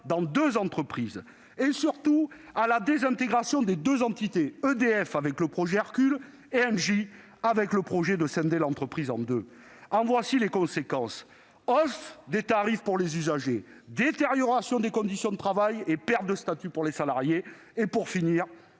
dans deux entreprises, et surtout en la désintégration de deux entités, EDF avec le projet Hercule et Engie avec un projet de scission de l'entreprise en deux. En voici les conséquences : hausse des tarifs pour les usagers ; détérioration des conditions de travail et perte de statut pour les salariés ; perte